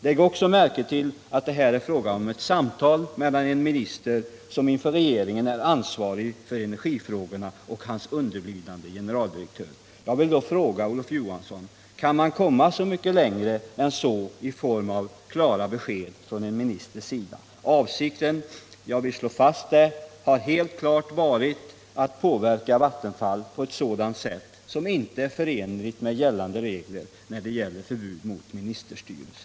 Lägg också märke till att det här är fråga om ett samtal mellan den minister som inför regeringen är ansvarig för energifrågorna och hans underlydande generaldirektör. Jag vill fråga Olof Johansson: Kan man komma mycket längre än så i form av klara besked från en ministers sida? Det är helt klart — jag vill slå fast det — att avsikten varit att påverka Vattenfall på ett sätt som inte är förenligt med gällande regler, som stadgar förbud mot ministerstyre.